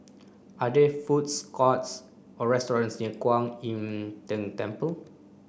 are there food courts or restaurants near Kwan Im Tng Temple